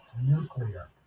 nuclear